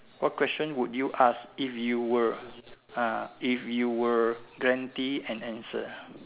what question would you ask if you were ah if you were guaranteed an answer